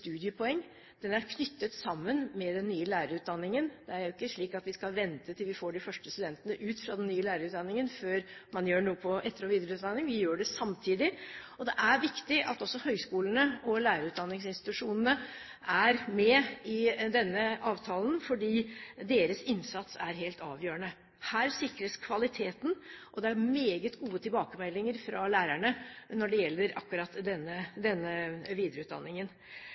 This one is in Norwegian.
den er knyttet sammen med den nye lærerutdanningen. Det er jo ikke slik at vi skal vente til vi får de første studentene ut fra den nye lærerutdanningen før vi gjør noe med etter- og videreutdanning. Vi gjør det samtidig. Det er viktig at også høgskolene og lærerutdanningsinstitusjonene er med i denne avtalen, fordi deres innsats er helt avgjørende. Her sikres kvaliteten, og det er meget gode tilbakemeldinger fra lærerne når det gjelder akkurat denne videreutdanningen.